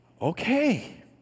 okay